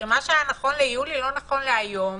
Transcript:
שמה שהיה נכון ליולי לא נכון להיום,